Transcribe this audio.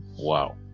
wow